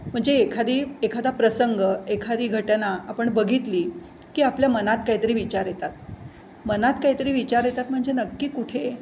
म्हणजे एखादी एखादा प्रसंग एखादी घटना आपण बघितली की आपल्या मनात काहीतरी विचार येतात मनात काहीतरी विचार येतात म्हणजे नक्की कुठे